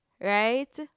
right